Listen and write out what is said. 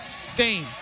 Stain